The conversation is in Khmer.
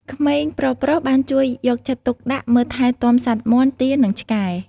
ក្មេងប្រុសៗបានជួយយកចិត្តទុកដាក់មើលថែទាំសត្វមាន់ ទា និងឆ្កែ។